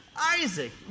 Isaac